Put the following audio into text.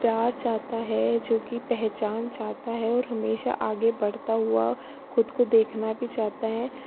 प्यार चाहता है जो कि पहचान चाहता है और हमेशा आगे बढ़ता हुआ ख़ुद को देखना भी चाहता है